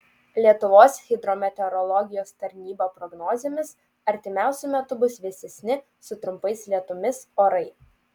lietuvos hidrometeorologijos tarnyba prognozėmis artimiausiu metu bus vėsesni su trumpais lietumis orai